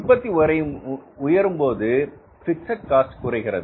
உற்பத்தி உயரும் போது பிக்ஸட் காஸ்ட் குறைகிறது